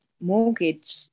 mortgage